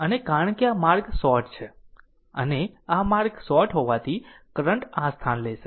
અને કારણ કે આ માર્ગ શોર્ટ છે અને આ માર્ગ શોર્ટ હોવાથી કરંટ આ સ્થાન લેશે